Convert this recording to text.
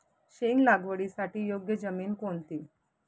शेंग लागवडीसाठी योग्य जमीन कोणती?